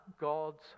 God's